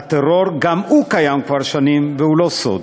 הטרור, גם הוא קיים כבר שנים, והוא לא סוד.